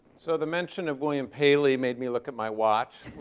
so the mention of william paley made me look at my watch,